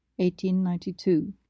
1892